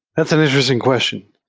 that's and interesting question.